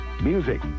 music